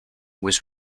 was